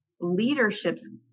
leadership's